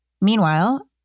Meanwhile